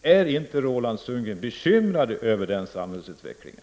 Är inte Roland Sundgren bekymrad över den samhällsutvecklingen?